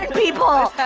um people.